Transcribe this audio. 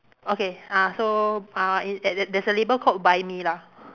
okay ah so uh it at there there's a label called buy me lah